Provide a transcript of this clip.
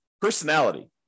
personality